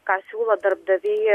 ką siūlo darbdaviai